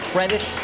Credit